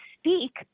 speak